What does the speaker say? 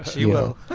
you know,